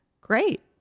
great